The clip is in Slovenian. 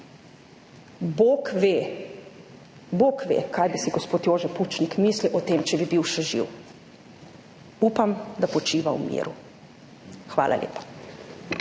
bog ve, kaj bi si gospod Jože Pučnik mislil o tem, če bi bil še živ. Upam, da počiva v miru. Hvala lepa.